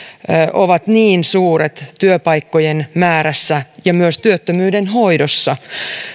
ovat niin suuret työpaikkojen määrässä ja myös työttömyyden hoidossa